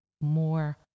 more